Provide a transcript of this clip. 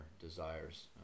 desires